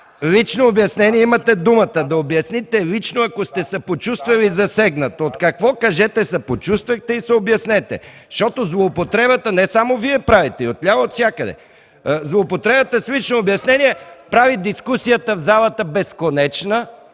лично обяснение – имате думата да обясните лично, ако сте се почувствали засегнат. Кажете от какво се почувствахте засегнат и се обяснете. Злоупотребата не само Вие я правите – и отляво, отвсякъде. Злоупотребата с лично обяснение прави дискусията в залата безконечна